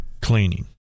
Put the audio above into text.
Cleaning